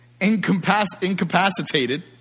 incapacitated